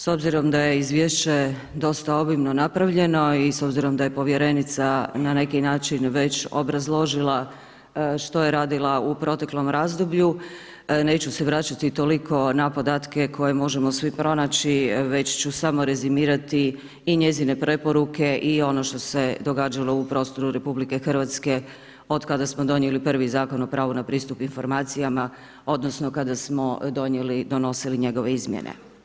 S obzirom da je izvješće dosta obimo napravljeno i s obzirom da je povjerenica na neki način već obrazložila što je radila u proteklom razdoblju, neću se vraćati toliko na podatke, koje možemo svi pronaći, već ću samo rezimirati i njezine preporuke i ono što se događalo u prostru RH, od kada smo donijeli prvi Zakon o pravu na pristup informacijama, odnosno, kada smo donosili njegove izmjene.